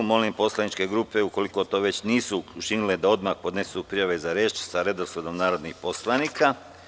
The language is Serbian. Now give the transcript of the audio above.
Molim poslaničke grupe ukoliko to već nisu učinile da odmah podnesu prijave za reč sa redosledom narodnih poslanika.